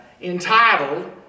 entitled